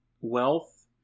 wealth